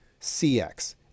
CX